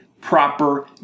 proper